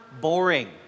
boring